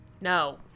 No